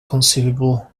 conceivable